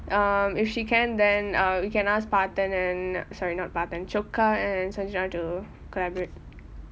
um if she can then err you can ask parthen and sorry not parthen choka and sangita to collaborate